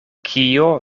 kio